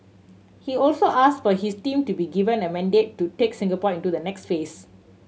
he also asked for his team to be given a mandate to take Singapore into the next phase